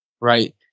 Right